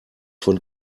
von